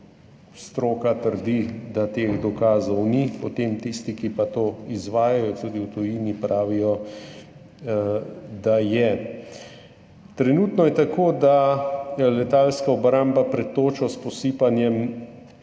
stroka trdi, da teh dokazov ni. Potem tisti, ki pa to izvajajo tudi v tujini, pravijo, da je. Trenutno je tako, da se letalska obramba pred točo s posipanjem